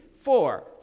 four